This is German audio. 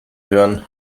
hören